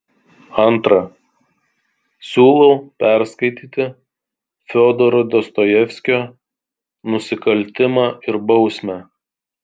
antra siūlau perskaityti fiodoro dostojevskio nusikaltimą ir bausmę